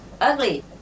ugly